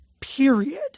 Period